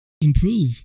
improve